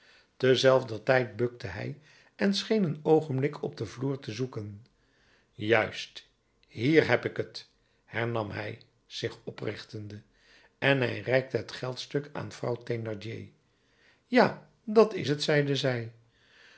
tezelfder tijd bukte hij en scheen een oogenblik op den vloer te zoeken juist hier heb ik t hernam hij zich oprichtende en hij reikte het geldstuk aan vrouw thénardier ja dat is het zeide zij